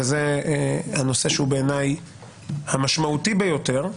וזה הנושא בעיניי שהוא המשמעותי ביותר.